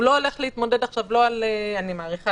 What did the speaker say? הוא לא הולך להתמודד עכשיו אני מעריכה,